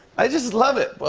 i just love it. well,